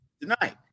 tonight